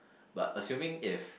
but assuming if